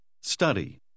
study